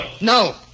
No